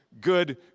Good